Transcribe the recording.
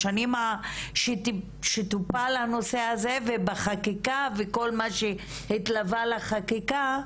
בשנים שטופל הנושא הזה ובחקיקה וכל מה שהתלווה לחקיקה,